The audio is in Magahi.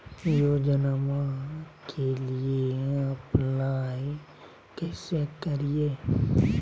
योजनामा के लिए अप्लाई कैसे करिए?